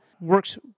works